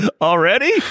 Already